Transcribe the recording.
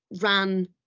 ran